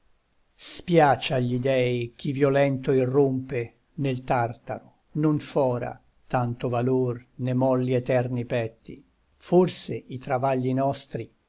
spiace agli dei chi violento irrompe nel tartaro non fora tanto valor ne molli eterni petti forse i travagli nostri